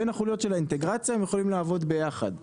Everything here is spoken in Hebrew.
בין החוליות של האינטגרציה הם יכולים לעבוד ביחד.